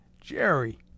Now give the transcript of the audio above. Jerry